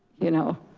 you know,